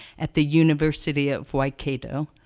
at the university of waikato.